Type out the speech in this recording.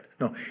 No